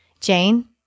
Jane